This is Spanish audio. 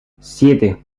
siete